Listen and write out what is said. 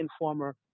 informer